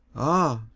ah,